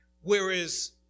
whereas